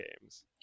games